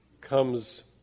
comes